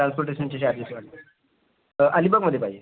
ट्रान्सपोर्टेशनचे charges लागतील तर अलिबागमध्ये पाहिजे